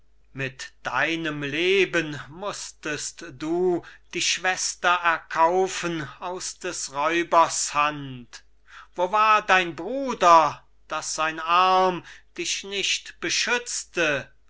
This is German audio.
mit deinem leben mußtest du die schwester erkaufen aus des räubers hand wo war dein bruder daß sein arm dich nicht beschützte